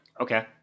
Okay